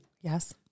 Yes